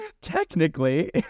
Technically